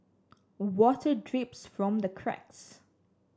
water drips from the cracks